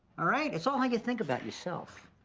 all right, it's all how you think about yourself,